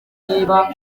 niba